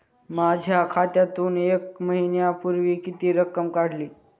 माझ्या खात्यातून एक महिन्यापूर्वी किती रक्कम काढली?